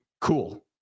cool